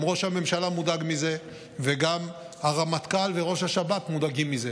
גם ראש הממשלה מודאג מזה וגם הרמטכ"ל וראש השב"כ מודאגים מזה.